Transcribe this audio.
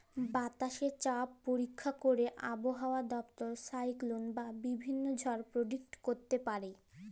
বাতাসে চাপ পরীক্ষা ক্যইরে আবহাওয়া দপ্তর সাইক্লল বা বিভিল্ল্য ঝড় পের্ডিক্ট ক্যইরতে পারে